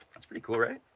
that's pretty cool, right?